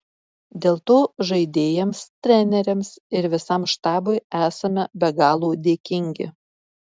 dėl to žaidėjams treneriams ir visam štabui esame be galo dėkingi